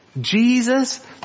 Jesus